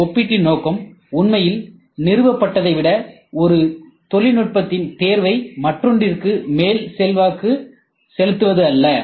இந்த ஒப்பீட்டின் நோக்கம் உண்மையில் நிறுவப்பட்டதை விட ஒரு தொழில்நுட்பத்தின் தேர்வை மற்றொன்றுக்கு மேல் செல்வாக்கு செலுத்துவதற்கு அல்ல